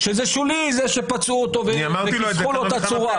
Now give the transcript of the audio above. שזה שולי שפצעו אותו וכיסחו לו את הצורה,